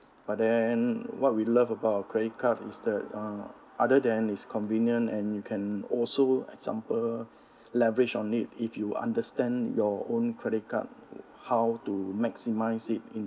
but then what we love about credit card is the uh other than it's convenient and you can also example leverage on it if you understand your own credit card how to maximise it in